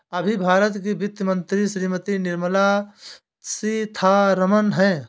अभी भारत की वित्त मंत्री श्रीमती निर्मला सीथारमन हैं